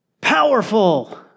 powerful